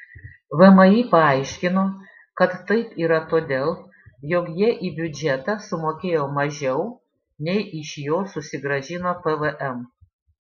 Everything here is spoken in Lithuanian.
vmi paaiškino kad taip yra todėl jog jie į biudžetą sumokėjo mažiau nei iš jo susigrąžino pvm